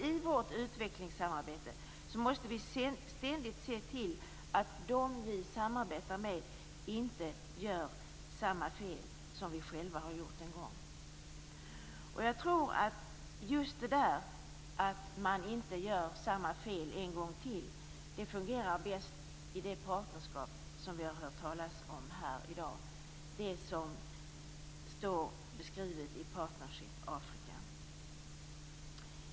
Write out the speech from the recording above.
I vårt utvecklingssamarbete måste vi ständigt se till att de vi samarbetar med inte gör samma fel som vi själva har gjort en gång. Jag tror att just detta att man inte gör samma fel en gång till fungerar bäst i det partnerskap som vi har hört talas om här i dag, det som står beskrivet i Partnership Africa.